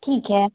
ठीक है